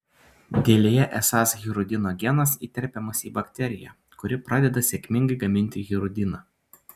dėlėje esąs hirudino genas įterpiamas į bakteriją kuri pradeda sėkmingai gaminti hirudiną